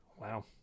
Wow